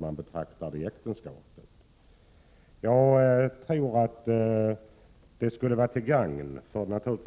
mannen i ett äktenskap inte skulle vara far till det barn som föds i äktenskapet.